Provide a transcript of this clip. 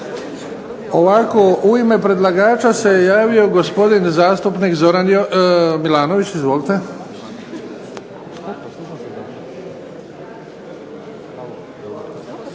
Ovako, u ime predlagača se javio gospodin zastupnik Zoran Milanović.